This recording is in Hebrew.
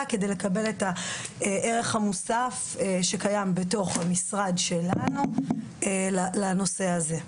כדי לקבל את הערך המוסף שקיים בתוך המשרד שלנו לנושא הזה.